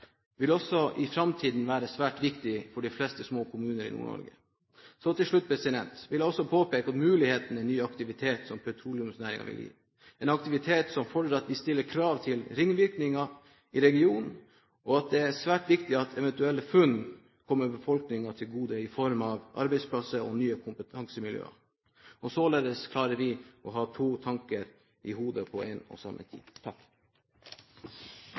vil også i framtiden være svært viktig for de fleste små kommuner i Nord-Norge. Til slutt vil jeg peke på mulighetene for ny aktivitet som petroleumsnæringen vil gi, aktivitet som fordrer at vi stiller krav til ringvirkninger i regionen, og at det er svært viktig at eventuelle funn kommer befolkningen til gode i form av arbeidsplasser og nye kompetansemiljøer. Således klarer vi å ha to tanker i hodet på samme tid.